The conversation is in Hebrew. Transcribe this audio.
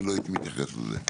אני לא הייתי מתייחס לזה.